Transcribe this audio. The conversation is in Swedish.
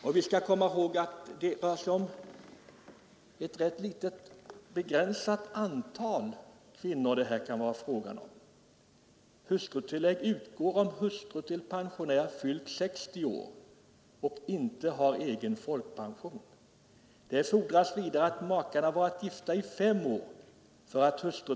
Vi skall också komma ihåg att det är ett rätt begränsat antal kvinnor det här kan vara fråga om. Hustrutillägg utgår om hustru till pensionär fyllt 60 år och inte har egen folkpension. Det fordras vidare att makarna varit gifta i fem år.